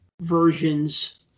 versions